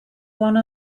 one